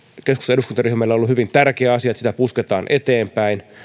eduskuntaryhmälle ollut hyvin tärkeä että sitä pusketaan eteenpäin